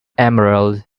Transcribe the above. emerald